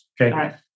Okay